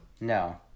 no